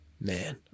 Man